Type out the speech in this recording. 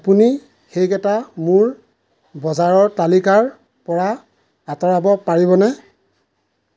আপুনি সেইকেইটা মোৰ বজাৰ তালিকাৰ পৰা আতঁৰাব পাৰিবনে